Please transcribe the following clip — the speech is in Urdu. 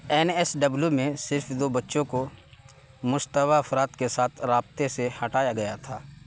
این ایس ڈبلیو میں صرف دو بچوں کو مشتبہ افراد کے ساتھ رابطے سے ہٹایا گیا تھا